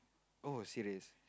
oh serious